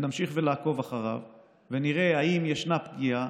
ונמשיך לעקוב אחריו ונראה האם ישנה פגיעה,